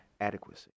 adequacy